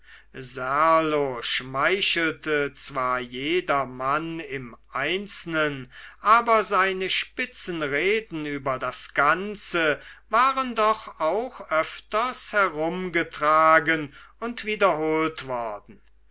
serlo schmeichelte zwar jedermann im einzelnen aber seine spitzen reden über das ganze waren doch auch öfters herumgetragen und wiederholt worden